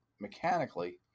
mechanically